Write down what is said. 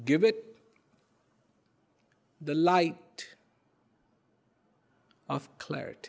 give it the light of clarit